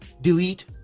delete